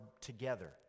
together